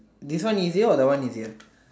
this one easier or that one easier